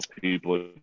people